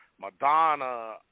madonna